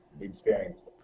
experienced